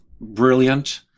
brilliant